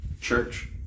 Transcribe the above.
church